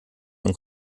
und